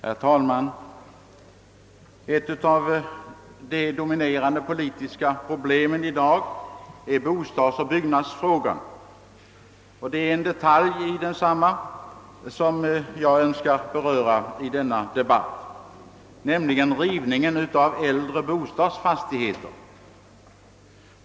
Herr talman! Ett av de dominerande politiska problemen i dag är bostadsoch byggnadsfrågan. Det är en detalj av den som jag önskar beröra i denna debatt, nämligen rivningen av äldre bostadsfastigheter.